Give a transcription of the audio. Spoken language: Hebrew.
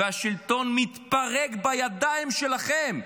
והשלטון מתפרק בידיים שלכם.